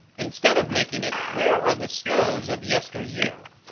instead of making it, where are the snows of yesteryear?